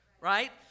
right